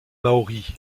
maoris